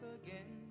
again